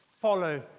Follow